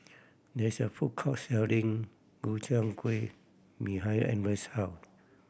there is a food court selling Gobchang Gui behind Andres' house